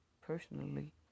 personally